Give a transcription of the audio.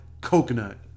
coconut